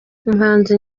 umuhanzi